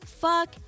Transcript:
Fuck